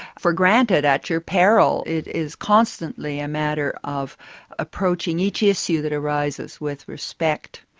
for granted at your peril. it is constantly a matter of approaching each issue that arises, with respect.